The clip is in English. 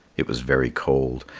it was very cold,